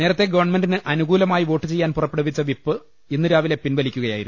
നേരത്തെ ഗവൺമെന്റിന് അനുകൂലമായി വോട്ടു ചെയ്യാൻ പുറപ്പെടുവിച്ച വിപ്പ് ഇന്നു രാവിലെ പിൻവലിക്കുകയായിരുന്നു